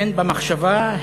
הן במחשבה,